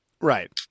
Right